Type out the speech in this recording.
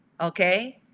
okay